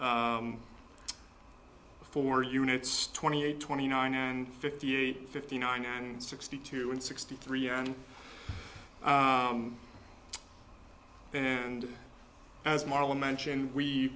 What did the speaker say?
for units twenty eight twenty nine and fifty eight fifty nine and sixty two and sixty three and then and as marlon mentioned we